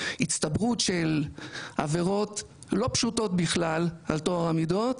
הצטברות של עבירות לא פשוטות בכלל על טוהר המידות,